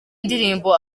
indirimbo